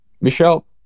Michelle